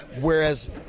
Whereas